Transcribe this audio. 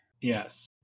Yes